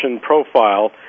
profile